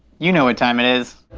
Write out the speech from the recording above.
you know what time it is.